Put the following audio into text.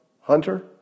Hunter